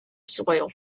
soil